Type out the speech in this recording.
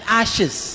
ashes